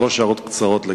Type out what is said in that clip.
שלוש הערות קצרות.